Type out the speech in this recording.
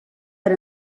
per